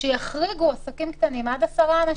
שיחריגו עסקים קטנים עד 10 אנשים.